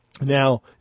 Now